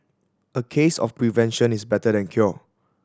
a case of prevention is better than cure